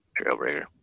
Trailbreaker